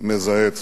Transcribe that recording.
מזהה אצלך.